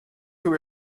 who